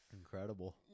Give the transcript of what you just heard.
Incredible